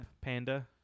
Panda